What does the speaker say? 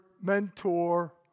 mentor